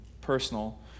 personal